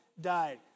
died